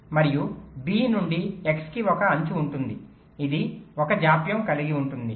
మరియు b నుండి x కి ఒక అంచు ఉంటుంది ఇది 1 జాప్యం కలిగి ఉంటుంది